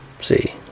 See